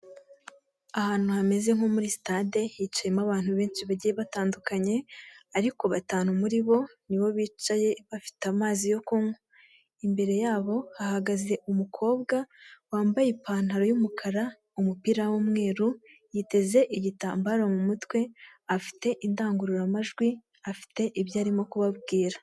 Ahantu hameze nko muri stade hicayemo abantu benshi bagiye batandukanye, ariko batanu muri bo, nibo bicaye bafite amazi yo kunywa imbere yabo hagaze umukobwa wambaye ipantaro y'umukara, umupira w'umweru, yiteze igitambaro mu mutwe, afite indangururamajwi afite ibyo arimo kubabwira.